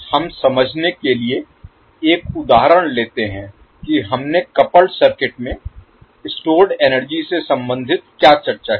हम समझने के लिए एक उदाहरण लेते हैं कि हमने कपल्ड सर्किट में स्टोर्ड एनर्जी से संबंधित क्या चर्चा की